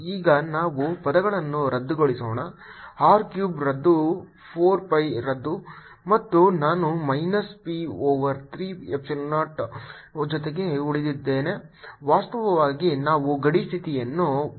ಈಗ ನಾವು ಪದಗಳನ್ನು ರದ್ದುಗೊಳಿಸೋಣ r ಕ್ಯೂಬ್ ರದ್ದು 4 pi ರದ್ದು ಮತ್ತು ನಾನು ಮೈನಸ್ p ಓವರ್ 3 ಎಪ್ಸಿಲಾನ್ 0 ಜೊತೆಗೆ ಉಳಿದಿದ್ದೇನೆ ವಾಸ್ತವವಾಗಿ ನಾವು ಗಡಿ ಸ್ಥಿತಿಯನ್ನು ಬಳಸಿಕೊಂಡು ಪಡೆದ ಉತ್ತರ